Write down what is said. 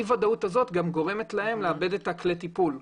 הוודאות הזאת גורמת להם לאבד את כלי הטיפול.